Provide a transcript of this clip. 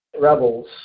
rebels